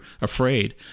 afraid